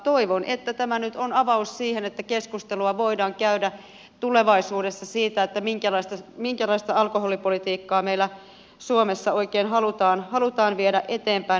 toivon että tämä nyt on avaus siihen että keskustelua voidaan käydä tulevaisuudessa siitä minkälaista alkoholipolitiikkaa meillä suomessa oikein halutaan viedä eteenpäin